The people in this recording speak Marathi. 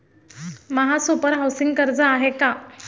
महासुपर हाउसिंग कर्ज आहे का?